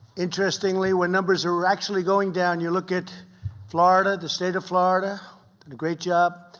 interestingly, where numbers are actually going down. you look at florida, the state of florida, did a great job.